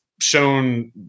shown